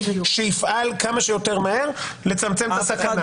שיפעל כמה שיותר מהר לצמצם את הסכנה.